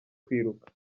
kwiruka